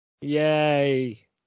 yay